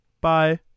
Bye